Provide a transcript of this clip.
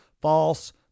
False